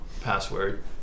password